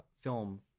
film